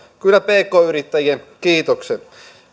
kyllä pk yrittäjien kiitokset